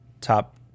top